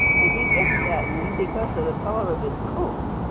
and he gets that name because of the color of his coat.